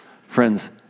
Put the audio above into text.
Friends